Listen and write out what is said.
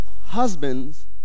Husbands